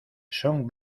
son